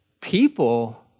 people